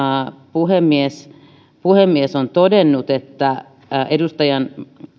puhemies puhemies on todennut että edustajan